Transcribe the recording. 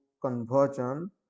conversion